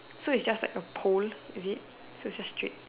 so is just like a pole is it so it just straight